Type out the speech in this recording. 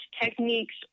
techniques